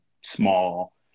small